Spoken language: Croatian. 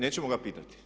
Nećemo ga pitati?